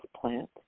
plant